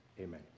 amen